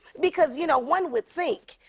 because, you know, one would think,